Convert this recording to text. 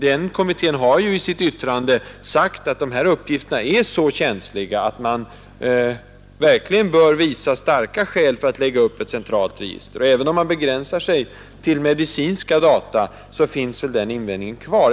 Den kommittén har ju i sitt yttrande sagt att dessa uppgifter är så känsliga att man verkligen bör visa starka skäl för att lägga upp ett centralt register. Även om registret begränsas till medicinska data, finns den invändningen kvar.